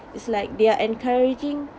it's like they're encouraging